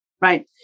right